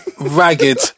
ragged